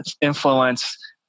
influence